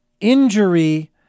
injury